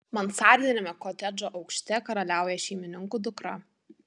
mansardiniame kotedžo aukšte karaliauja šeimininkų dukra